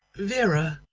vera,